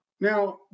Now